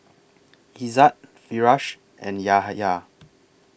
Izzat Firash and Yahya